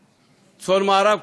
לצפון-מערב,